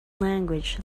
language